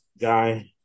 guy